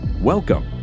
Welcome